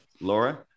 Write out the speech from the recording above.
Laura